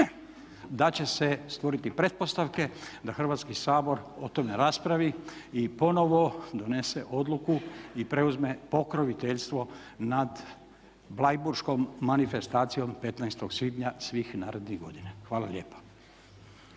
da će se stvoriti pretpostavke da Hrvatski sabor o tome raspravi i ponovo donese odluku i preuzme pokroviteljstvo nad Bleiburškom manifestacijom 15. svibnja svih narednih godina. Hvala lijepa.